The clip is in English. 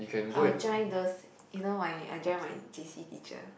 I join those you know I I join my J_C teacher